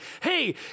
hey